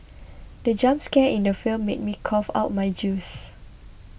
the jump scare in the film made me cough out my juice